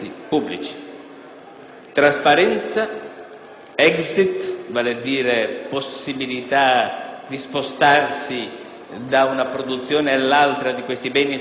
Trasparenza (*exit*) vale a dire avere la possibilità di spostarsi da una produzione all'altra di questi beni e servizi pubblici